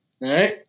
Right